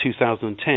2010